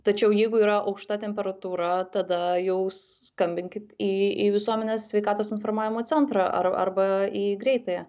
tačiau jeigu yra aukšta temperatūra tada jau skambinkit į į visuomenės sveikatos informavimo centrą ar arba į greitąją